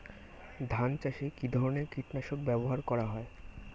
ধান চাষে কী ধরনের কীট নাশক ব্যাবহার করা হয়?